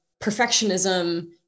perfectionism